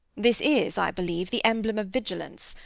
this is, i believe, the emblem of vigilance.